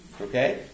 Okay